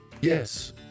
Yes